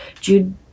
Jude